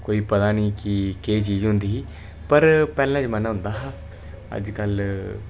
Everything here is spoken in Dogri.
कोई पता नेईं कि केह् चीज़ होंदी ही पर पैह्ला जमाना होंदा हा अज्जकल